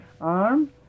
arm